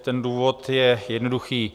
Ten důvod je jednoduchý.